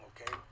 Okay